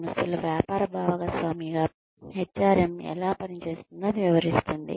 సంస్థలలో వ్యాపార భాగస్వామిగా HRM ఎలా పనిచేస్తుందో అది వివరిస్తుంది